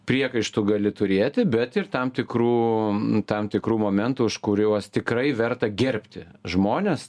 priekaištų gali turėti bet ir tam tikrų tam tikrų momentų už kuriuos tikrai verta gerbti žmones